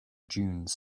dunes